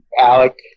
Alec